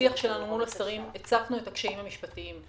בשיח שלנו מול השרים הצפנו את הקשיים המשפטיים.